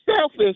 selfish